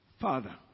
Father